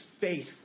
faith